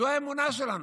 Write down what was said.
זו האמונה שלנו.